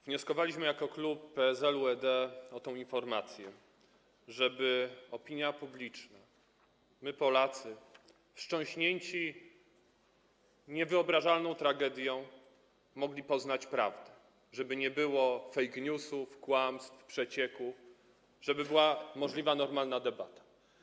Wnioskowaliśmy jako klub PSL-UED o tę informację, żeby opinia publiczna, żebyśmy my, Polacy, wstrząśnięci niewyobrażalną tragedią, mogli poznać prawdę, żeby nie było fake newsów, kłamstw, przecieku, żeby była możliwa normalna debata.